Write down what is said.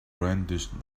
brandished